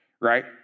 right